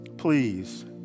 Please